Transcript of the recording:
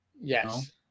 Yes